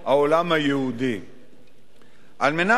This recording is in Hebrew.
על מנת ליתן מענה למצב